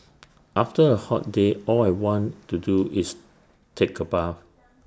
after A hot day all I want to do is take A bath